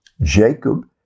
Jacob